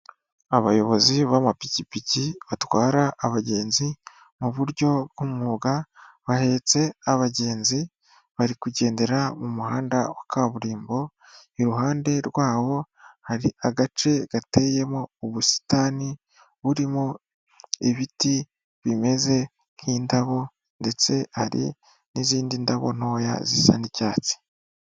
Abayobozi b'amapikipiki batwara abagenzi mu buryo bw'umwuga bahetse abagenzi bari kugendera mu muhanda wa kaburimbo. Iruhande rwabo hari agace gateyemo ubusitani burimo ibiti bimeze nk'indabo ndetse hari n'izindi ndabo ntoya zisa n'icyatsi.